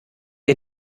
ihr